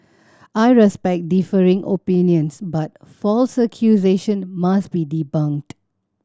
I respect differing opinions but false accusation must be debunked